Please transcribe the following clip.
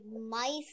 mice